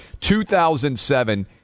2007